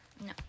No